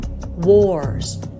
Wars